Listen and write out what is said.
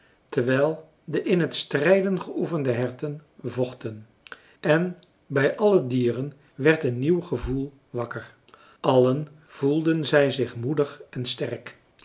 terwijl de in t strijden geoefende herten vochten en bij alle dieren werd een nieuw gevoel wakker allen voelden zij zich moedig en sterk